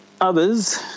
others